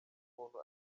umuntu